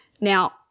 Now